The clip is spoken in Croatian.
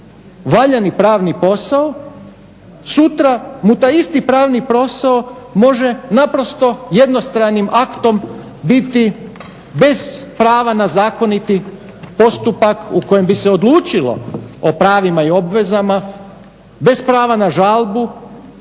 valjani pravni posao sutra mu taj isti pravni posao može naprosto jednostranim aktom biti bez prava na zakoniti postupak u kojem bi se odlučilo o pravima i obvezama, bez prava na žalbu,